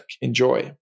Enjoy